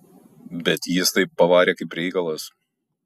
bet jis tai pavarė kaip reikalas